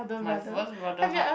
my first brother hard